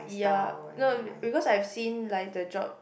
ya no because I seen like the job